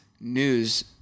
news